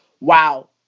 Wow